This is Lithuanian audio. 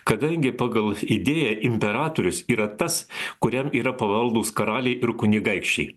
kadangi pagal idėją imperatorius yra tas kuriam yra pavaldūs karaliai ir kunigaikščiai